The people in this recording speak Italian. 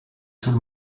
sul